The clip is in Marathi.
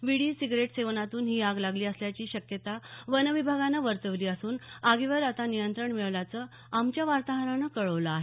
वीडी सिगारेट सेवनातून ही आग लागली असण्याची शक्यता वनविभागानं वर्तवली असून आगीवर आता नियंत्रण मिळवण्यात आल्याचं आमच्या वार्ताहरानं कळवलं आहे